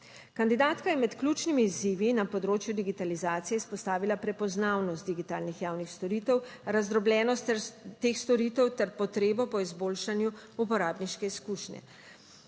Kandidatka je med ključnimi izzivi na področju digitalizacije izpostavila prepoznavnost digitalnih javnih storitev, razdrobljenost teh storitev ter potrebo po izboljšanju uporabniške izkušnje.